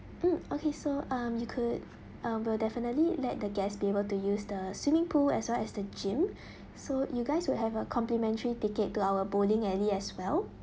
mm okay so um you could uh will definitely let the guests be able to use the swimming pool as well as the gym so you guys will have a complimentary ticket to our bowling alley as well